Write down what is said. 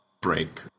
break